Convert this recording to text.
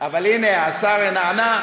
אבל הנה, השר נענה.